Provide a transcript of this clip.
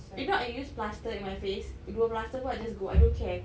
if not I use plaster on my face if no plaster pun I just go I don't care